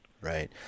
Right